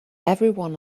everyone